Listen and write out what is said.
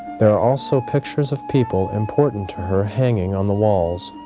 there are also pictures of people important to her hanging on the walls